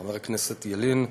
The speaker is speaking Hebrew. חבר הכנסת ילין.